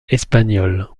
espagnole